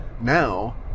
now